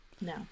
No